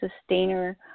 sustainer